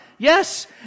Yes